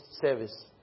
service